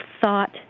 thought